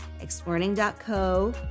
exploring.co